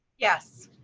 yes.